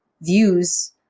views